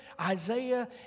Isaiah